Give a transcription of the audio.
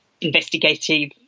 investigative